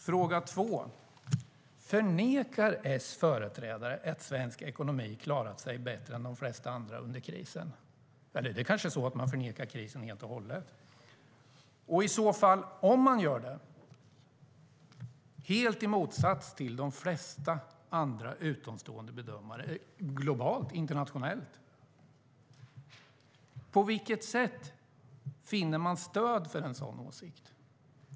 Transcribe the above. Fråga 2: Förnekar S företrädare att svensk ekonomi har klarat sig bättre än de flesta andra under krisen? Eller förnekar man kanske krisen helt och hållet? Och om man gör det - i så fall helt i motsats till de flesta andra utomstående bedömare globalt och internationellt - på vilket sätt finner man stöd för en sådan åsikt?